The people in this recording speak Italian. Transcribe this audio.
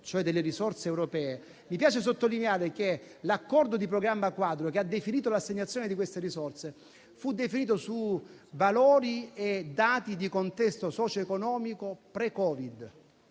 cioè delle risorse europee, mi piace sottolineare che l'accordo di programma quadro che ha stabilito l'assegnazione di queste risorse fu definito su valori e dati di contesto socioeconomico pre-Covid.